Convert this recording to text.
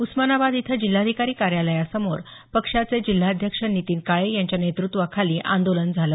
उस्मानाबाद इथं जिल्हाधिकारी कार्यालयासमोर पक्षाचे जिल्हाध्यक्ष नितीन काळे यांच्या नेतृत्वाखाली आंदोलन झालं